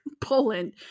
Poland